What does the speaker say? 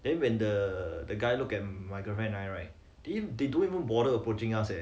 then when the the guy look at my girlfriend and I right they don't even bother approaching us eh